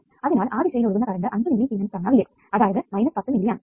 അതിനാൽ ആ ദിശയിൽ ഒഴുകുന്ന കറണ്ട് 5 മില്ലിസിമെൻസ് തവണ Vx അതായതു 10 മില്ലിയാമ്പ്സ്